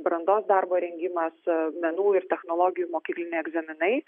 brandos darbo rengimas menų ir technologijų mokykliniai egzaminai